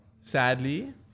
Sadly